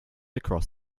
across